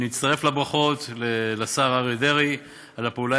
אני מצטרף לברכות לשר אריה דרעי על הפעולה